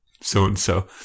so-and-so